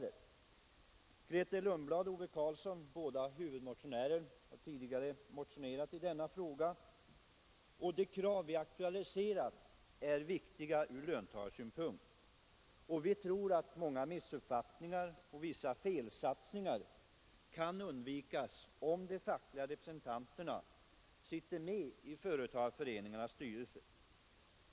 Fru Lundblad och herr Karlsson i Malung, båda huvudmotionärer, har tidigare motionerat i denna fråga. De krav vi aktualiserat är viktiga ur löntagarsynpunkt, och vi tror att många missuppfattningar och vissa felsatsningar kan undvikas om de fackliga representanterna sitter med i företagareföreningarnas styrelser.